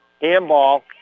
handball